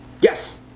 Yes